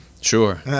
Sure